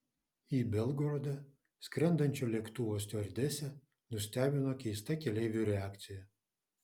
į belgorodą skrendančio lėktuvo stiuardesę nustebino keista keleivių reakcija